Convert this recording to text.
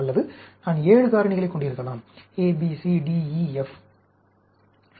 அல்லது நான் 7 காரணிகளைக் கொண்டிருக்கலாம் A B C D E F